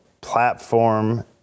platform